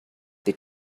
they